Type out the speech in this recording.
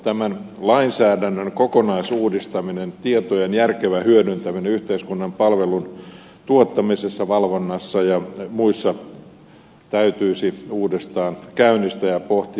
tämän lainsäädännön kokonaisuudistaminen tietojen järkevä hyödyntäminen yhteiskunnan palvelujen tuottamisessa valvonnassa ja muissa täytyisi uudestaan käynnistää ja pohtia